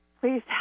Please